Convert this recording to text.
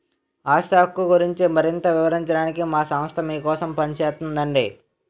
ఆస్తి హక్కు గురించి మరింత వివరించడానికే మా సంస్థ మీకోసం పనిచేస్తోందండి